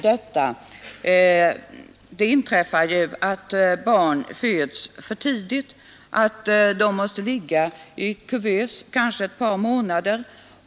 Det inträffar ju att barn föds för tidigt och måste ligga i kuvös under kanske ett par månader.